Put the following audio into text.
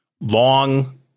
long